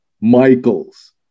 Michaels